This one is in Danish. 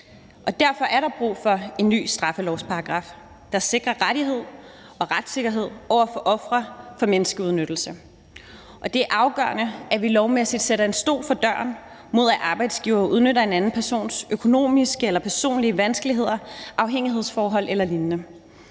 derfor er der brug for en ny straffelovsparagraf, der sikrer rettigheder og retssikkerhed for ofre for menneskeudnyttelse. Det er afgørende, at vi lovmæssigt sætter arbejdsgivere en stol for døren, i forhold til at de udnytter en anden persons økonomiske eller personlige vanskeligheder, afhængighedsforhold eller lignende.